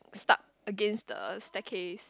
stuck against the staircase